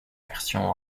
version